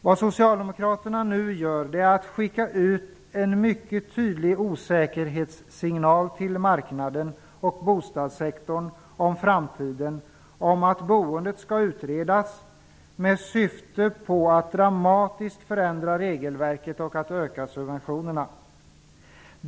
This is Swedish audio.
Vad socialdemokraterna nu gör är att skicka ut en mycket tydlig osäkerhetssignal till marknaden och bostadssektorn om framtiden om att boendet skall utredas med syfte att dramatiskt förändra regelverket och öka subventionerna.